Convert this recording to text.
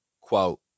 Quote